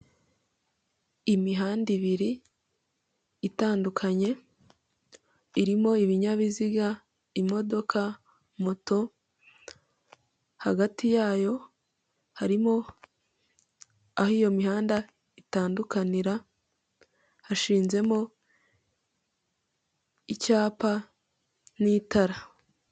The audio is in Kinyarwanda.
Imihanda ibiri itandukanye, irimo ibinyabiziga: imodoka, moto; hagati yayo harimo aho iyo mihanda itandukanira, hashinzemo icyapa n'itara.